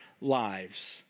lives